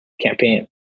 campaign